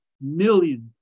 millions